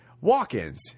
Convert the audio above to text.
walk-ins